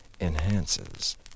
enhances